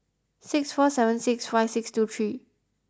six four seven six five six two three